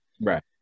Right